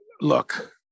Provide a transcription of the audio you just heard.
Look